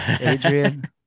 Adrian